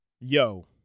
Yo